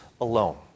alone